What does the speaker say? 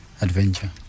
adventure